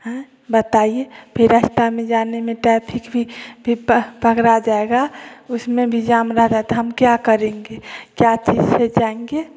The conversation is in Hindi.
हैं बताइए फिर रास्ता में जाने में ट्रैफिक भी फिर पकड़ा जायेगा उसमे भी जाम रहेगा तो हम क्या करेंगे क्या चीज से जायेंगे